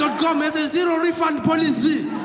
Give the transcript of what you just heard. ah com has a zero refund policy.